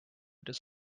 does